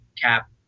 cap